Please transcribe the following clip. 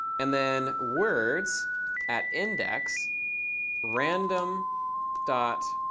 and then words at index random dot